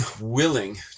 willing